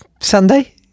sunday